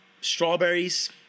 strawberries